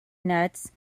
nuts